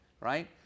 right